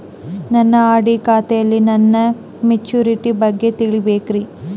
ನನ್ನ ಆರ್.ಡಿ ಖಾತೆಯಲ್ಲಿ ನನ್ನ ಮೆಚುರಿಟಿ ಬಗ್ಗೆ ತಿಳಿಬೇಕ್ರಿ